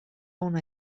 una